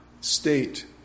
state